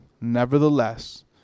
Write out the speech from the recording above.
Nevertheless